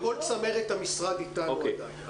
כל צמרת המשרד עדיין איתנו.